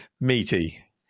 meaty